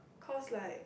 cause like